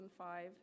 2005